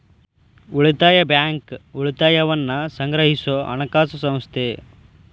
ಉಳಿತಾಯ ಬ್ಯಾಂಕ್, ಉಳಿತಾಯವನ್ನ ಸಂಗ್ರಹಿಸೊ ಹಣಕಾಸು ಸಂಸ್ಥೆ